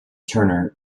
turner